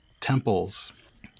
temples